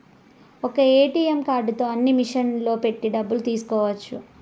ఒక్క ఏటీఎం కార్డుతో అన్ని మిషన్లలో పెట్టి డబ్బులు తీసుకోవచ్చు